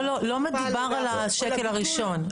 לא מדובר על השקל הראשון.